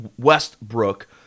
Westbrook